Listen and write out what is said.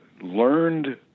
learned